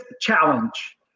challenge